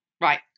Right